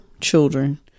children